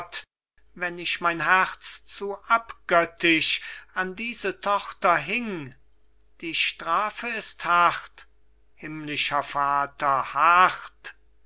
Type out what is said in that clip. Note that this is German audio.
wenn ich mein herz zu abgöttisch an diese tochter hing die strafe ist hart himmlischer vater hart